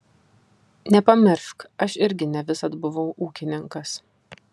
nepamiršk aš irgi ne visad buvau ūkininkas